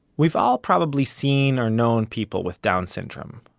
we've all probably seen or known people with down syndrome.